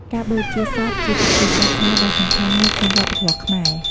ការបូជាសពជាពិធីសាសនាដ៏សំខាន់មួយក្នុងវប្បធម៌ខ្មែរ។